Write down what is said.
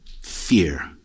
Fear